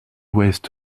ouest